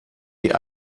die